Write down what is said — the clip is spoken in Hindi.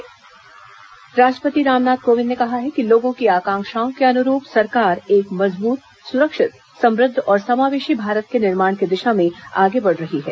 राष्ट्रपति संबोधन राष्ट्रपति रामनाथ कोविंद ने कहा है कि लोगों की आकांक्षाओं के अनुरूप सरकार एक मजबूत सुरक्षित समृद्ध और समावेशी भारत के निर्माण की दिशा में आगे बढ़ रही है